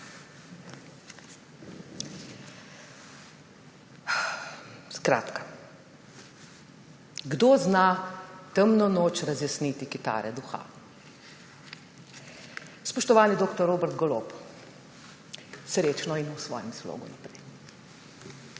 Skratka. »Kdo zná noč temno razjásnit, ki tare duha!« Spoštovani dr. Robert Golob, srečno in v svojem slogu naprej!